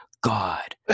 God